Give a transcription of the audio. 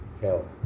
hell